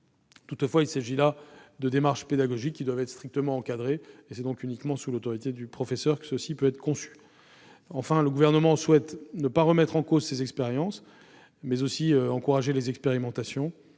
Toutefois, il s'agit là de démarches pédagogiques qui doivent être strictement encadrées, et c'est donc uniquement sous l'autorité du professeur que cela peut se concevoir. Enfin, le Gouvernement souhaite non seulement ne pas remettre en cause ces expérimentations, mais aussi les encourager, dès lors